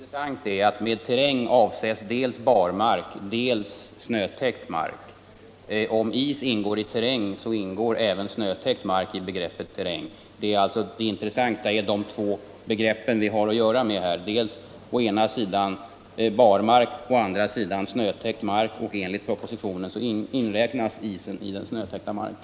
Herr talman! Det som är intressant är att med terräng avses dels barmark, dels snötäckt mark. Om is ingår i begreppet terräng, hör även snötäckt mark dit. De två begrepp vi har att göra med här är å ena sidan barmark, å andra sidan snötäckt mark. Enligt propositionen inräknas isen i den snötäckta marken.